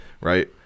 right